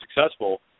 successful